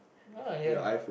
uh ya